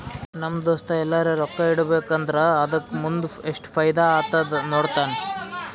ನಮ್ ದೋಸ್ತ ಎಲ್ಲರೆ ರೊಕ್ಕಾ ಇಡಬೇಕ ಅಂದುರ್ ಅದುಕ್ಕ ಮುಂದ್ ಎಸ್ಟ್ ಫೈದಾ ಆತ್ತುದ ನೋಡ್ತಾನ್